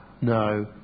no